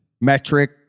metric